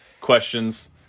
questions